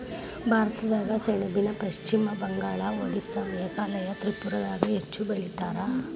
ಭಾರತದಾಗ ಸೆಣಬನ ಪಶ್ಚಿಮ ಬಂಗಾಳ, ಓಡಿಸ್ಸಾ ಮೇಘಾಲಯ ತ್ರಿಪುರಾದಾಗ ಹೆಚ್ಚ ಬೆಳಿತಾರ